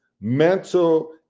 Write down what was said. mental